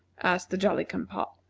asked the jolly-cum-pop,